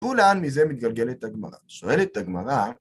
ולאן מזה מתגלגלת הגמרא? שואלת הגמרא